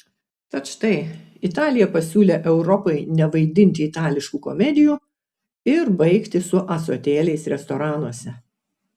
tad štai italija pasiūlė europai nevaidinti itališkų komedijų ir baigti su ąsotėliais restoranuose